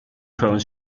phone